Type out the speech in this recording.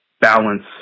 balance